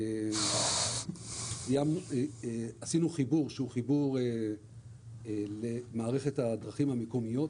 20' עשינו חיבור למערכת הדרכים המקומיות